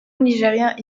nigérian